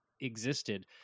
existed